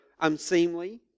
unseemly